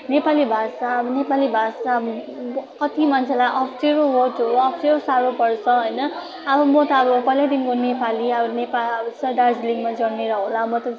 नेपाली भाषा अब नेपाली भाषा कति मान्छेलाई अप्ठ्यारो वर्ड हो अप्ठ्यारो साह्रो पर्छ होइन अब म त पहिल्यैदेखिको नेपाली दार्जिलिङमा जन्मेर होला